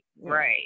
right